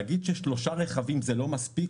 להגיד ששלושה רכבים זה לא מספיק,